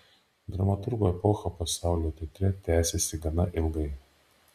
dramaturgo epocha pasaulio teatre tęsėsi gana ilgai